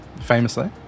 Famously